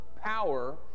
power